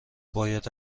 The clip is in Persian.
باید